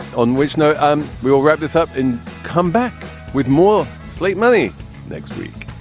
on which note, um we will wrap this up and come back with more slate money next week